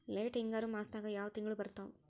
Late ಹಿಂಗಾರು ಮಾಸದಾಗ ಯಾವ್ ತಿಂಗ್ಳು ಬರ್ತಾವು?